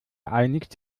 einig